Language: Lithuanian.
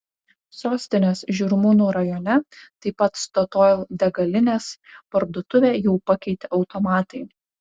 sostinės žirmūnų rajone taip pat statoil degalinės parduotuvę jau pakeitė automatai